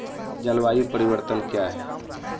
जलवायु परिवर्तन कया हैं?